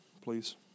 please